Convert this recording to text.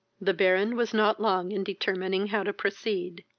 the baron was not long in determining how to proceed.